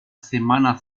semana